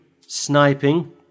sniping